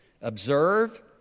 observe